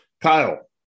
Kyle